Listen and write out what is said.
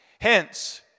Hence